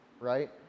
right